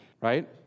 right